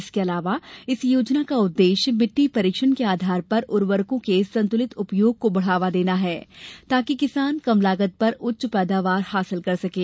इसके अलावा इस योजना का उद्देश्य मिट्टी परीक्षण के आधार पर उर्वरकों के संतुलित उपयोग को बढ़ावा देना है ताकि किसान कम लागत पर उच्च पैदावार हासिल कर सकें